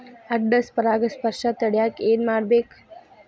ಅಡ್ಡ ಪರಾಗಸ್ಪರ್ಶ ತಡ್ಯಾಕ ಏನ್ ಮಾಡ್ಬೇಕ್?